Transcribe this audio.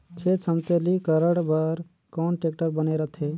खेत समतलीकरण बर कौन टेक्टर बने रथे?